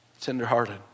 Tenderhearted